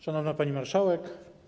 Szanowna Pani Marszałek!